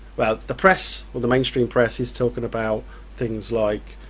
well the press, or the mainstream press, is talking about things like